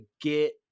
get